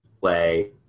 play